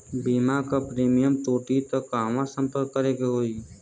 बीमा क प्रीमियम टूटी त कहवा सम्पर्क करें के होई?